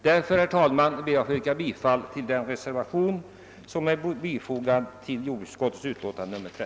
Därför ber jag, herr talman, att få yrka bifall till den reservation som är fogad till jordbruksutskottets utlåtande.